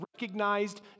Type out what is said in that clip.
recognized